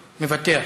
מוותר.